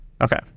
Okay